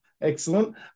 Excellent